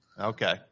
Okay